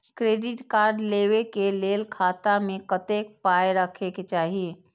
Credit card लेबै के लेल खाता मे कतेक पाय राखै के चाही?